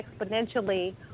exponentially